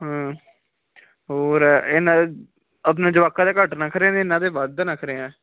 ਹਾਂ ਹੋਰ ਇਹਨਾਂ ਆਪਣੇ ਜਵਾਕਾ ਦੇ ਘੱਟ ਨਖਰੇ ਨੇ ਇਹਨਾਂ ਦੇ ਵੱਧ ਨਖਰੇ ਆ